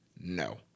no